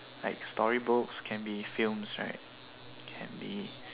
like story books can be films right can be